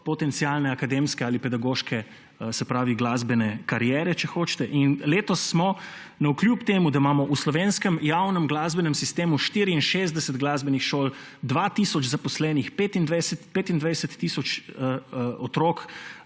potencialne akademske ali pedagoške glasbene kariere, če hočete. In letos smo navkljub temu, da imamo v slovenskem javnem glasbenem sistemu 64 glasbenih šol, 2 tisoč zaposlenih, 25 tisoč šolark